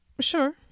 sure